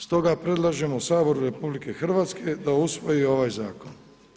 Stoga predlažemo Saboru RH da usvoji ovaj zakon.